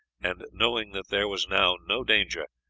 and, knowing that there was now no danger,